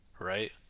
right